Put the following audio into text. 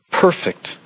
Perfect